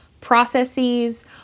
processes